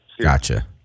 Gotcha